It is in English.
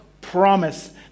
promise